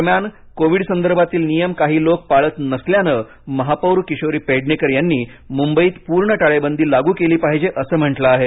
दरम्यान कोविड संदर्भातील नियम काही लोक पाळत नसल्यानं महापौर किशोरी पेडणेकर यांनी मुंबईतपूर्ण टाळेबंदी लागू केली पाहिजे असं म्हटलं आहे